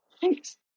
Thanks